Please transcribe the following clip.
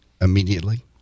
immediately